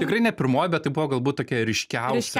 tikrai ne pirmoji bet tai buvo galbūt tokia ryškiausia